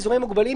נכון,